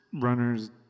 runners